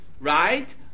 right